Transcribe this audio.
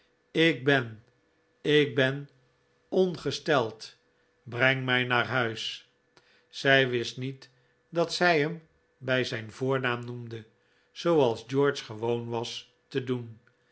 ik ben ik ben ongesteld breng mij naar huis zij wist niet dat zij hem bij zijn voornaam noemde zooals george gewoon was te doen